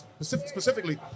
specifically